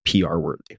PR-worthy